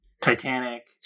Titanic